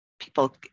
People